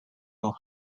will